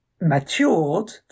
matured